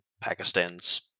Pakistan's